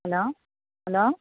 hello hello